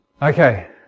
Okay